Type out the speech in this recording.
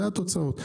זה התוצאות,